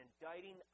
indicting